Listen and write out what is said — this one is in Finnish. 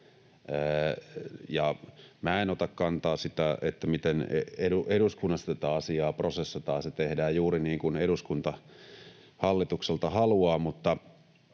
en ota kantaa, miten eduskunnassa tätä asiaa prosessataan. Se tehdään juuri niin kuin eduskunta hallitukselta haluaa.